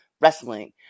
wrestling